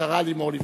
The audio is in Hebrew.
השרה לימור לבנת.